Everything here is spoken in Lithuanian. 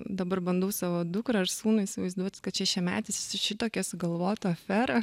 dabar bandau savo dukrą ar sūnų įsivaizduot kad šešiametis šitokią sugalvotų aferą